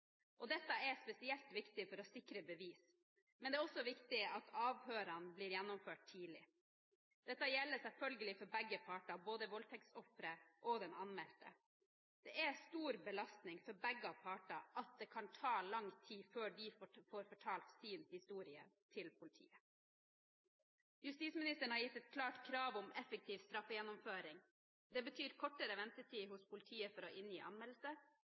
Dette er spesielt viktig for å sikre bevis, men det er også viktig at avhørene blir gjennomført tidlig. Dette gjelder selvfølgelig for begge parter, både voldtektsofferet og den anmeldte. Det er en stor belastning for begge parter at det kan ta lang tid før de får fortalt sin historie til politiet. Justisministeren har gitt et klart krav om effektiv straffegjennomføring. Det betyr kortere ventetid hos politiet for å inngi anmeldelse,